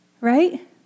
Right